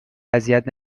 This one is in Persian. اذیت